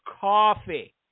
coffee